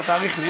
אתה תאריך לי.